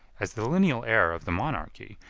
as the lineal heir of the monarchy,